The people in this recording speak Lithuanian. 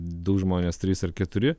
du žmonės trys ar keturi